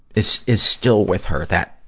is, is still with her. that,